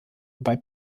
bei